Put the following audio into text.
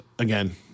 Again